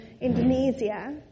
Indonesia